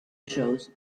shows